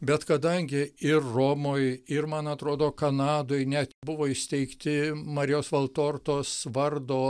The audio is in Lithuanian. bet kadangi ir romoj ir man atrodo kanadoj net buvo įsteigti marijos valtortos vardo